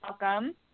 welcome